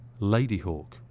Ladyhawk